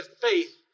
faith